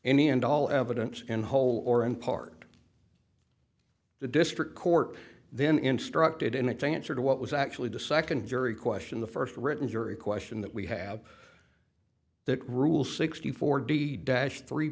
any and all evidence in whole or in part the district court then instructed in advance or to what was actually deception jury question the first written jury question that we have that rule sixty four d dash three